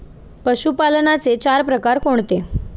पशुपालनाचे चार प्रकार कोणते?